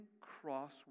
cross